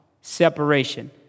Separation